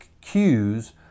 cues